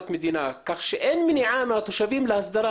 שבה אנחנו דנים בנושאים ספציפיים לנגב.